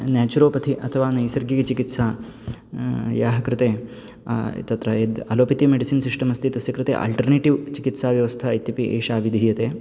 naturopathy अथवा नैसर्गिकचिकित्सा याः कृते तत्र यद् अलोपेति मेडिसिन् सिस्टम् अस्ति तस्य कृते अल्टर्नेटिव् चिकित्साव्यवस्था इत्यपि एषा विधीयते